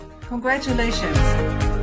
Congratulations